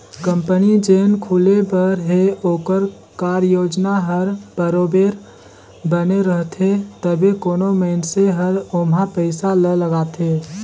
company जेन खुले बर हे ओकर कारयोजना हर बरोबेर बने रहथे तबे कोनो मइनसे हर ओम्हां पइसा ल लगाथे